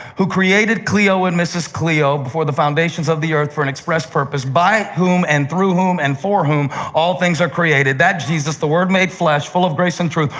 who created cleo and mrs. cleo before the foundations of the earth for an express purpose, by whom and through whom and for whom all things are created, that jesus, the word made flesh, full of grace and truth,